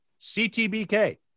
CTBK